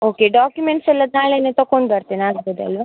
okay ಡಾಕ್ಯುಮೆಂಟ್ಸೆಲ್ಲ ನಾಳೆಯೇ ತಗೊಂಬರ್ತೀನಿ ಆಗ್ಬೋದಲ್ವ